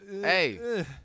Hey